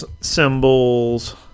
symbols